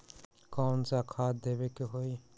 कोन सा खाद देवे के हई?